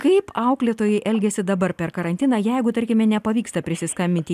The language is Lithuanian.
kaip auklėtojai elgiasi dabar per karantiną jeigu tarkime nepavyksta prisiskambinti